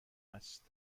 است